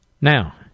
Now